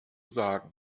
sagen